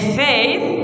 faith